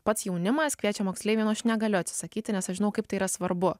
pats jaunimas kviečia moksleiviai nu aš negaliu atsisakyti nes aš žinau kaip tai yra svarbu